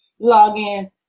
Login